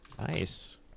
nice